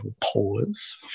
pause